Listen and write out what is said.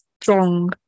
strong